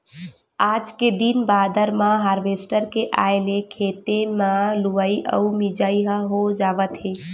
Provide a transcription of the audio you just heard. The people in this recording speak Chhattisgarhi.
आज के दिन बादर म हारवेस्टर के आए ले खेते म लुवई अउ मिजई ह हो जावत हे